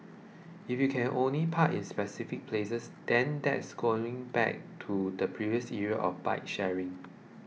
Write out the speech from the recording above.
if you can only park in specific places then that's going back to the previous era of bike sharing